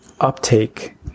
uptake